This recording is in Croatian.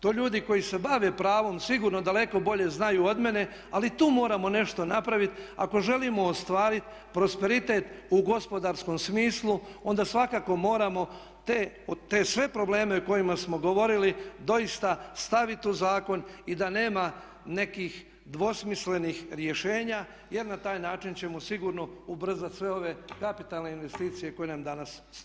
To ljudi koji se bave pravom sigurno daleko bolje znaju od mene, ali i tu moramo nešto napraviti ako želimo ostvariti prosperitet u gospodarskom smislu, onda svakako moramo te sve probleme o kojima smo govorili doista staviti u zakon i da nema nekih dvosmislenih rješenja jer na taj način ćemo sigurno ubrzati sve ove kapitalne investicije koje nam danas stoje.